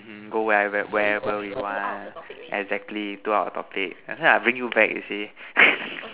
mm go wherever wherever you want exactly too out of topic that's why I bring you back you see